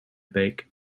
beek